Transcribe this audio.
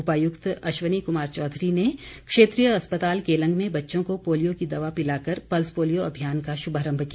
उपायुक्त अश्वनी कमार चौधरी ने क्षेत्रीय अस्पताल केलंग में बच्चों को पोलियो की दवा पिलाकर पल्स पोलियो अभियान का शुभारम्भ किया